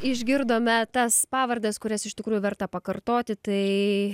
išgirdome tas pavardes kurias iš tikrųjų verta pakartoti tai